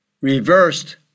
reversed